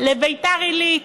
ביתר-עילית,